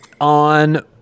on